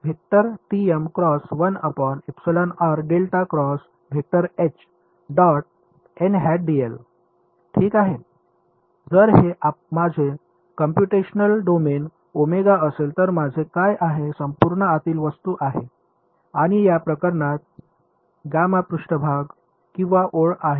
जर हे माझे कॉम्प्यूटेशनल डोमेन असेल तर माझे काय आहे संपूर्ण आतील वस्तू आहे आणि या प्रकरणात पृष्ठभाग किंवा ओळ आहे